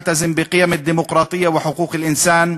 מצהיר אמונים לדמוקרטיה וזכויות אדם,